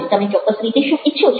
તમે ચોક્કસ રીતે શું ઈચ્છો છો